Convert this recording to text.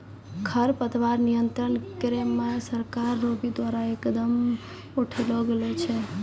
खरपतवार नियंत्रण करे मे सरकार रो भी द्वारा कदम उठैलो गेलो छै